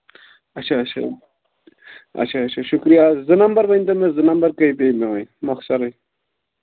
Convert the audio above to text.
اچھا اچھا اچھا اچھا شُکریہ زٕ نمبر ؤنۍ تو مےٚ زٕ نمبر کٔہۍ پیٚیہِ مےٚ وۄنۍ مۄخصرے